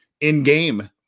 in-game